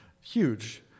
Huge